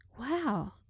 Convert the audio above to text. wow